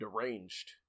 deranged